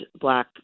black